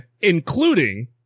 including